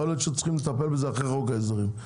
יכול להיות שצריך לטפל בזה אחרי חוק ההסדרים,